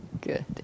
good